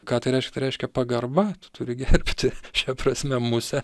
ką tai reiškia tai reiškia pagarba turi gerbti šia prasme musę